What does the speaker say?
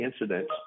incidents